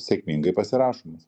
sėkmingai pasirašomas